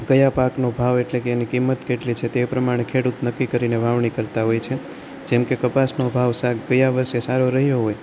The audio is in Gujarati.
ક્યાં પાકનો ભાવ એટલે કે એની કિંમત કેટલી છે તે પ્રમાણે ખેડૂત નક્કી કરીને વાવણી કરતાં હોય છે જેમ કે કપાસનો ભાવ ગયા વરસે સારો રહ્યો હોય